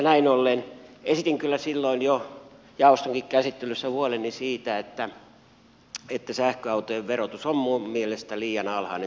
näin ollen esitin kyllä silloin jo jaostonkin käsittelyssä huoleni siitä että sähköautojen verotus on minun mielestäni liian alhainen